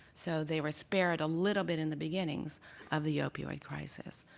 so they were spared a little bit in the beginning of the opioid crisis.